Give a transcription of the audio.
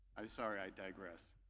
i sorry i digress.